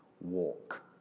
walk